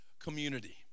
community